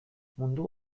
mundu